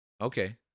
okay